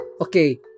Okay